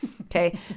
Okay